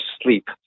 sleep